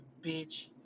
bitch